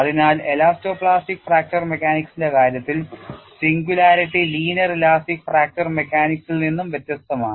അതിനാൽ elasto plastic fracture മെക്കാനിക്സിന്റെ കാര്യത്തിൽ സിംഗുലാരിറ്റി ലീനിയർ ഇലാസ്റ്റിക് ഫ്രാക്ചർ മെക്കാനിക്സിൽ നിന്ന് വ്യത്യസ്തമാണ്